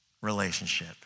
relationship